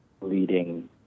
leading